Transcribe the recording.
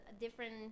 different